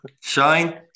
Shine